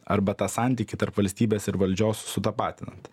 arba tą santykį tarp valstybės ir valdžios sutapatinant